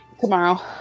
Tomorrow